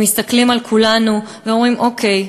הם מסתכלים על כולנו ואומרים: אוקיי,